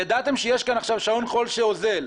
ידעתם שי שעון חול שאוזל.